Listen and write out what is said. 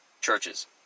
churches